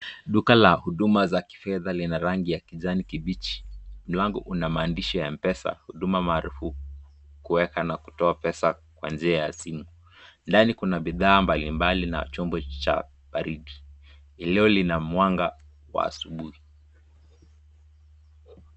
Duka la huduma za kifedha lina rangi ya kijani kibichi , mlango kuna maandishi ya mpesa huduma maarufu kueka na kutoa pesa kwa njia ya simu, ndani kuna bithaa mbali mbali na chombo cha mbariki, eneo lina mwanga wa asubuhi.